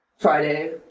Friday